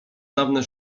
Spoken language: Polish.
dawne